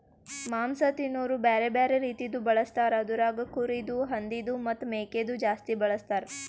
ಮಾಂಸ ತಿನೋರು ಬ್ಯಾರೆ ಬ್ಯಾರೆ ರೀತಿದು ಬಳಸ್ತಾರ್ ಅದುರಾಗ್ ಕುರಿದು, ಹಂದಿದು ಮತ್ತ್ ಮೇಕೆದು ಜಾಸ್ತಿ ಬಳಸ್ತಾರ್